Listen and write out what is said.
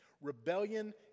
Rebellion